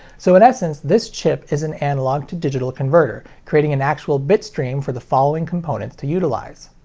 so in essence, this chip is an analog-to-digital converter, creating an actual bit-stream for the following components to utilize.